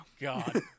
God